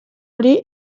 hori